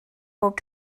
bob